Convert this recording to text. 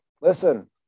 listen